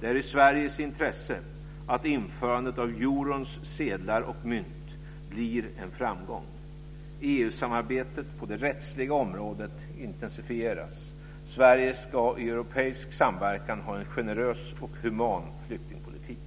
Det är i Sveriges intresse att införandet av eurons sedlar och mynt blir en framgång. EU-samarbetet på det rättsliga området intensifieras. Sverige ska i europeisk samverkan ha en generös och human flyktingpolitik.